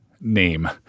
name